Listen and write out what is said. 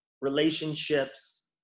relationships